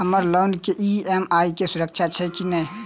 हम्मर लोन केँ ई.एम.आई केँ सुविधा छैय की नै?